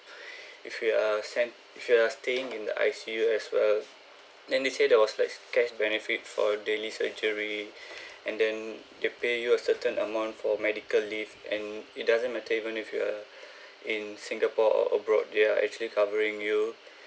if you are sent if you are staying in the I_C_U as well then they say there was like cash benefit for daily surgery and then they pay you a certain amount for medical leave and it doesn't matter even if you are in singapore or abroad they are actually covering you